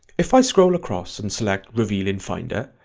if i scroll across and select reveal in finder,